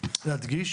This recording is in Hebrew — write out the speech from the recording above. להדגיש